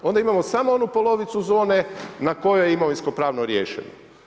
Onda imamo samo onu polovicu zone, na kojoj je imovinsko prano riješeno.